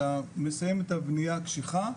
אתה מסיים את הבנייה הקשיחה,